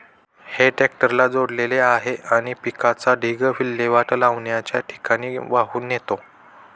हे ट्रॅक्टरला जोडलेले आहे आणि पिकाचा ढीग विल्हेवाट लावण्याच्या ठिकाणी वाहून नेतो